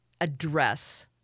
address